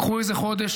קחו איזה חודש,